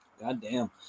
Goddamn